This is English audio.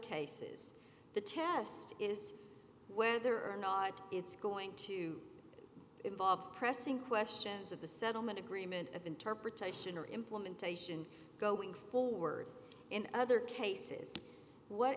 cases the test is whether or not it's going to involve pressing questions of the settlement agreement of interpretation or implementation going forward in other cases what